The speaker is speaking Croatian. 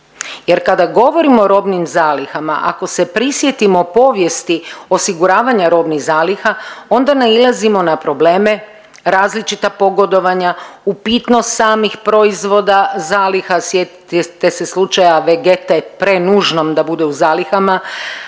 Jer kada govorimo o robnim zalihama, ako se prisjetimo povijesti osiguravanja robnih zaliha onda nailazimo na probleme različita pogodovanja, upitnost samih proizvoda, zaliha. Sjetite se slučaja Vegete prenužnom da bude u zalihama.